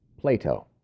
Plato